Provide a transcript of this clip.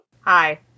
Hi